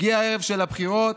הגיע הערב של הבחירות,